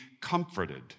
comforted